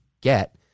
get